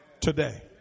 today